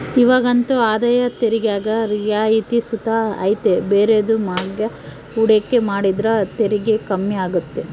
ಇವಾಗಂತೂ ಆದಾಯ ತೆರಿಗ್ಯಾಗ ರಿಯಾಯಿತಿ ಸುತ ಐತೆ ಬೇರೆದುರ್ ಮ್ಯಾಗ ಹೂಡಿಕೆ ಮಾಡಿದ್ರ ತೆರಿಗೆ ಕಮ್ಮಿ ಆಗ್ತತೆ